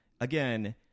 Again